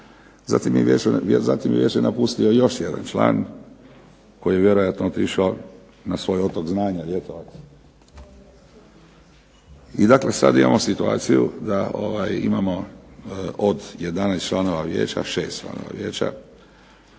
Zatim je Vijeće napustio još jedan član koji je vjerojatno otišao na svoj otok znanja ljetovati. I dakle sad imamo situaciju da imamo od 11 članova vijeća 6 članova vijeća.